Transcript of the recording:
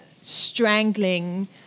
strangling